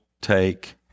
take